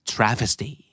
Travesty